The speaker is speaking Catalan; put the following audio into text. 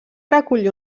recollir